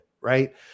right